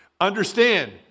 Understand